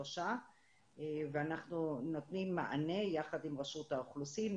שלושה ואנחנו נותנים מענה יחד עם רשות האוכלוסין,